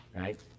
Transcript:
right